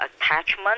attachment